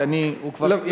כי הוא כבר סיים בזמנו.